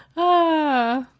oh,